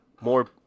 more